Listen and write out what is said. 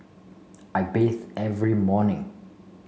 I bathe every morning